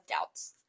doubts